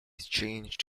changed